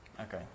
Okay